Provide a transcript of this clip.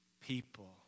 People